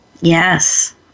yes